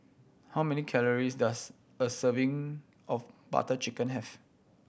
how many calories does a serving of Butter Chicken have